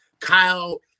Kyle